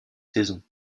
saisons